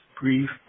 brief